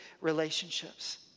relationships